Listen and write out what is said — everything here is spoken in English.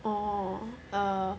orh err